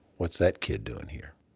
what's that kid doing here?